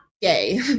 gay